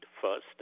first